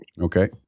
Okay